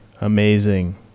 amazing